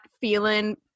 feeling